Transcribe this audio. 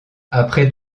après